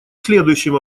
следующем